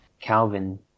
Calvin